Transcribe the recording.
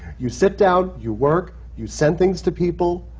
you sit down, you work, you send things to people,